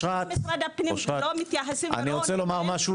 אושרת, אני רוצה לומר משהו